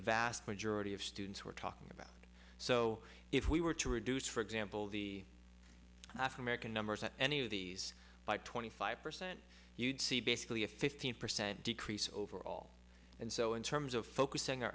vast majority of students we're talking about so if we were to reduce for example the after american numbers at any of these by twenty five percent you'd see basically a fifteen percent decrease overall and so in terms of focusing our